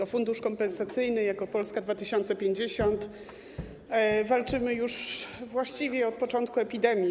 O fundusz kompensacyjny jako Polska 2050 walczymy już właściwie od początku epidemii.